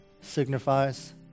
signifies